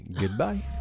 goodbye